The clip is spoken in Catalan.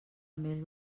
mes